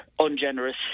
ungenerous